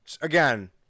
again